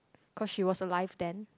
cause she was alive then